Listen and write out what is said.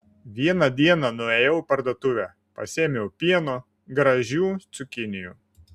vieną dieną nuėjau į parduotuvę pasiėmiau pieno gražių cukinijų